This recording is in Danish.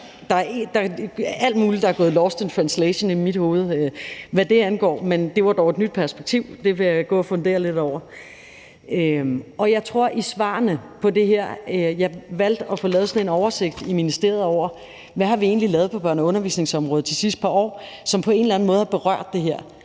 Der er alt muligt, der er gået lost in translation i mit hoved, hvad det angår, men det var dog et nyt perspektiv, og det vil jeg gå og fundere lidt over. Jeg valgte at få lavet en oversigt i ministeriet over, hvad vi egentlig har lavet på børne- og undervisningsområdet de sidste par år, som på en eller anden måde har berørt det her.